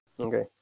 okay